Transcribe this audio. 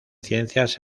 ciencias